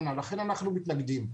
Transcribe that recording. לכן אנחנו מתנגדים.